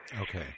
Okay